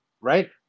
right